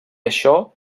això